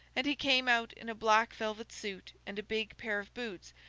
and he came out in a black velvet suit and a big pair of boots,